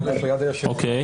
המון.